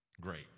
great